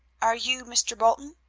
are you mr. bolton?